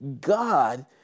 God